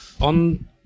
on